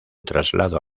traslado